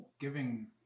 giving